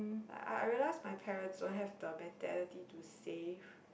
like I I realize my parents don't have the mentality to save